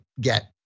get